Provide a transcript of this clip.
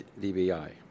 DBI